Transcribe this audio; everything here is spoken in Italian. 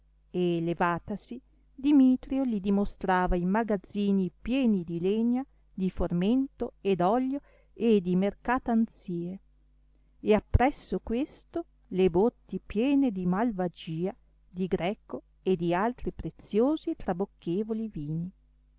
e levatasi dimitrio li dimostrava i magazzini pieni di legna di formento e d'oglio e di mercatanzie e appresso questo le botti piene di malvagia di greco e di altri preziosi e trabocchevoli vini